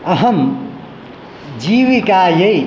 अहं जीविकायै